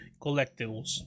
collectibles